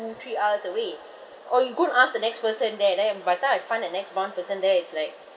three aisles away or you go and ask the next person there then uh by the time I find the next one person there it's like